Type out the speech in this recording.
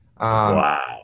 Wow